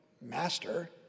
master